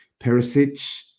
Perisic